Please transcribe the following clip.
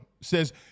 Says